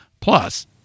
Plus